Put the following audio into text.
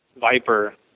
viper